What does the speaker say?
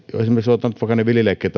esimerkiksi vaikka ne viljelijät